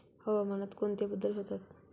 हवामानात कोणते बदल होतात?